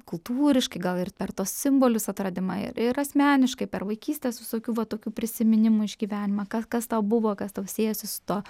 kultūriškai gal ir per tuos simbolius atradimą ir ir asmeniškai per vaikystės visokių va tokių prisiminimų išgyvenimą kas tau buvo kas tau siejasi su tuo